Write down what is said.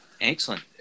excellent